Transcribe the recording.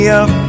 up